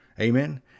Amen